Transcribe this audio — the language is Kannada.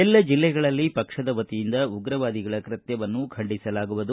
ಎಲ್ಲ ಜಿಲ್ಲೆಗಳಲ್ಲಿ ಪಕ್ಷದ ವತಿಯಿಂದ ಉಗ್ರವಾದಿಗಳ ಕೃತ್ಯವನ್ನು ಖಂಡಿಸಲಾಗುವುದು